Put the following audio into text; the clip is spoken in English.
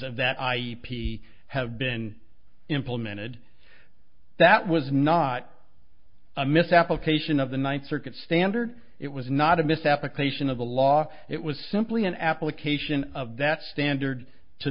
of that i e p have been implemented that was not a mis application of the one third standard it was not a mis application of the law it was simply an application of that standard to